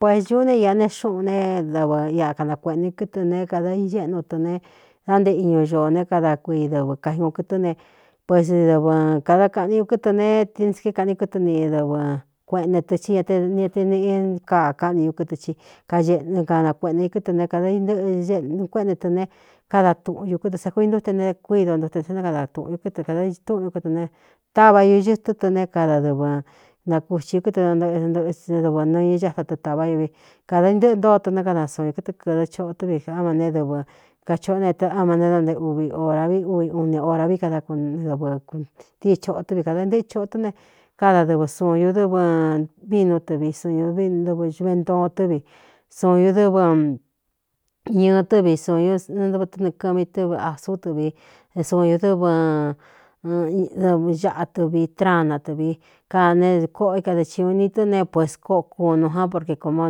Pue ñuú ne īꞌa ne xúꞌun ne davɨ iꞌa kanakueꞌnu kɨtɨ ne kādā iñéꞌnu tɨ ne dá nté iñu ñoō ne kada kuii dɨvɨ kai ñu kɨtɨ́ ne puesi dɨvɨ kādá kaꞌni u kɨtɨ ne tini skéé kaꞌani kítɨ ni dɨvɨ kueꞌnte tɨ tí ña te niate nꞌ kakáꞌni u kɨtɨ i kaeꞌɨ kanakueꞌna i kɨtɨ ne kāda iɨꞌɨ kuéꞌene tɨ ne kada tuꞌu u kɨtɨ sa kui ntute ne kuído ntute tsɨ né kada tūꞌun u kɨtɨ kādā iɨ túꞌun ñu kɨtɨ ne táva ñuñɨtɨ tɨ ne kada dɨvɨ nakuxi ú kɨtɨ nanto o éantɨꞌɨtsɨné dɨvɨ nɨ ñɨ cáta tɨ tāvá ñu vi kādā intɨꞌɨ ntōo tu né kada saun ī kɨtɨ kɨ̄dɨ choꞌo tɨ́ vi á ma né dɨvɨ kachōꞌó ne ɨ áma ne dánteuvi ora vi uvi uni ora vi kada dɨvɨ tii choꞌo tɨ vi kādā intɨꞌɨ choꞌo tɨ́ ne kada dɨvɨ suun ñū dɨvɨ vinú tɨ vi suun ñūdvi dɨv ve ntoo tɨ́ vi suun ñū dɨvɨ ñɨɨ tɨ́vi suun ñnɨɨvɨ tɨ́nɨ̄ kɨmi tɨ́vi asú tɨ vi suunñū dɨvɨ ñaꞌa tɨvi trana tɨvi kada né kóꞌo i kadɨ ci ūni tɨ́ ne pues kóꞌo kunu ján porke komá o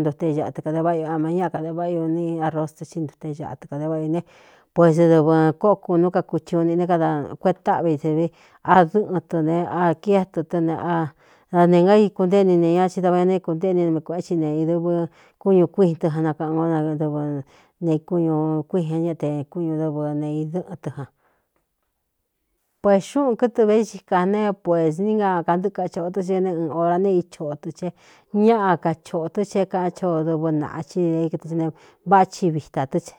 ntute é ñaꞌa tɨkade váꞌa io a mañáꞌ kade váꞌa uní a ros tɨ cí ntute ñaꞌa tɨka de váꞌa ī ne puesdɨvɨ kóꞌo kunú kakuch u ni né kada kueꞌe táꞌvi i tɨ vi adɨꞌɨn tu ne a kié tu tɨ́ nda nē ngaikunténi ne ña ti dava ña nēíkuntéꞌni mi kuēꞌen chi ne dɨvɨ kúñū kuin tɨjan nakaꞌan kó dɨv ne ikuñū kuiin ña ña te kúñū dɨvɨ neidɨ́ꞌɨn tɨ janpuēxúꞌun kɨtɨ ve xi ka ne puēs ni na kantɨkachoꞌo tɨ́ ce neé ɨɨn hora neé ichoꞌ tɨ chee ñaꞌa kachōꞌo tɨ che é kaꞌan cha o dɨvɨ nāꞌa chi dēi kɨtɨ i ne váꞌa chi vitā tɨ́ ce.